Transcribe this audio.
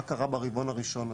מה קרה ברבעון הראשון?